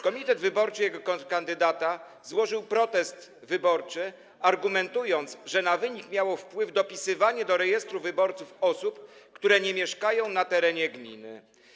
Komitet wyborczy jego kontrkandydata złożył protest wyborczy, argumentując, że na wynik miało wpływ dopisywanie do rejestru wyborców osób, które nie mieszkają na terenie gminy.